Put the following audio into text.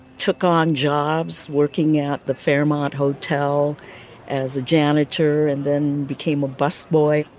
took on jobs working at the fairmont hotel as a janitor and then became a busboy.